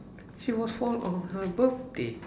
she was fall on her birthday